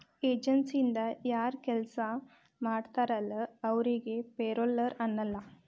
ಏಜನ್ಸಿಯಿಂದ ಯಾರ್ ಕೆಲ್ಸ ಮಾಡ್ತಾರಲ ಅವರಿಗಿ ಪೆರೋಲ್ಲರ್ ಅನ್ನಲ್ಲ